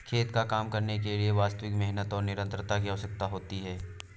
खेत पर काम करने के लिए वास्तविक मेहनत और निरंतरता की आवश्यकता होती है